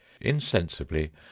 insensibly